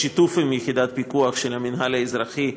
בשיתוף יחידת פיקוח של המינהל האזרחי,